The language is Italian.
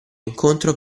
incontro